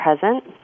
present